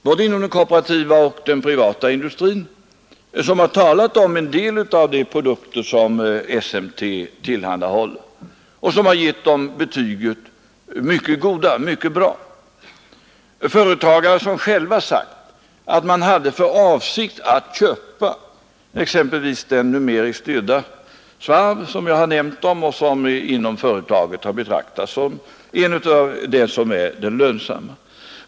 Både inom den kooperativa och inom den privata industrin har jag mött företagare som talat om några av de produkter som SMT tillhandahåller, och de har givit dessa produkter ett mycket högt betyg. Det har varit företagare som förklarat att de haft för avsikt att köpa t.ex. den numeriskt styrda svarv som jag talat om och som man inom företaget har betraktat som en av de lönsamma produkterna.